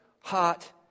hot